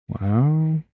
Wow